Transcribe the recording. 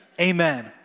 Amen